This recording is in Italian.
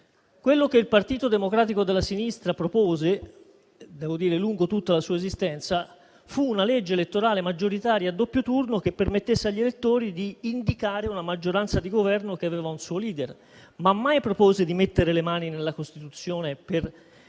Quello che il Partito Democratico della Sinistra propose, devo dire lungo tutta la sua esistenza, fu una legge elettorale maggioritaria a doppio turno che permettesse agli elettori di indicare una maggioranza di Governo che aveva un suo *leader*, ma mai propose di mettere le mani nella Costituzione per